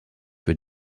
für